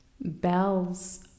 Bells